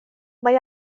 mae